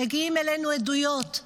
מגיעות אלינו עדויות.